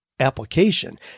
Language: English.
application